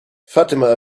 fatima